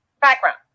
Background